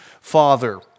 Father